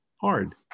hard